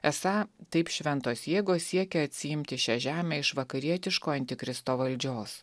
esą taip šventos jėgos siekia atsiimti šią žemę iš vakarietiško antikristo valdžios